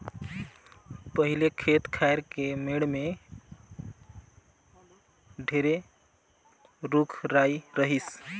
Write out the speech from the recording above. पहिले खेत खायर के मेड़ में ढेरे रूख राई रहिस